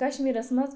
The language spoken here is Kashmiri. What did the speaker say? کَشمیٖرَس منٛز